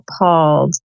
appalled